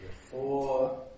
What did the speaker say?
four